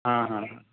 हा हा हा